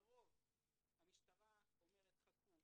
לרוב המשטרה אומרת חכו,